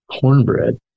cornbread